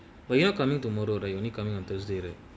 wait you all coming tomorrow they only coming on thursday